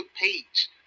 page